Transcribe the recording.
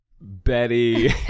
Betty